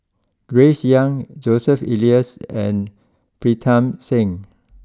Grace young Joseph Elias and Pritam Singh